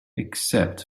except